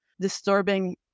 disturbing